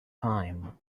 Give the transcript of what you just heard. time